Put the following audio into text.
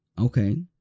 Okay